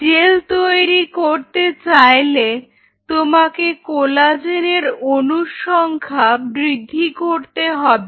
jail তৈরি করতে চাইলে তোমাকে কোলাজেনের অনুর সংখ্যা বৃদ্ধি করতে হবে